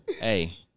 Hey